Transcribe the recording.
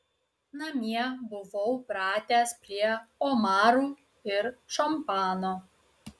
namie buvau pratęs prie omarų ir šampano